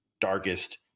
darkest